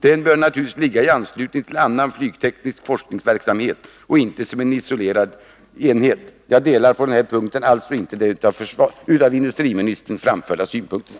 Den bör naturligtvis ligga i anslutning till annan flygteknisk forskningsverksamhet och inte som en isolerad enhet. Jag delar på den här punkten alltså inte de av industriministern framförda synpunkterna.